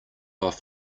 off